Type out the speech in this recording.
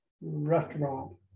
restaurant